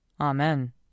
Amen